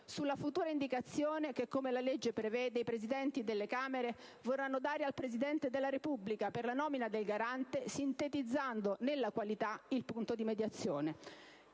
sulla futura indicazione che, come la legge prevede, i Presidenti delle Camere vorranno dare al Presidente della Repubblica per la nomina del Garante sintetizzando nella qualità il punto di mediazione.